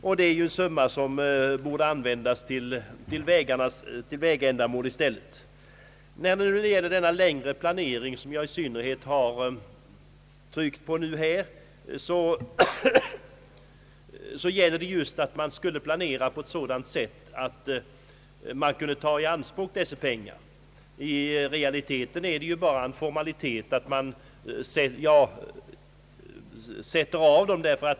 Den summan borde användas för vägändamål i stället. I fråga om den planering på längre sikt som jag har velat särskilt framhålla gäller det att planera på ett sådant sätt att bilskattemedlen kan tas i anspråk.